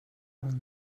hon